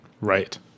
right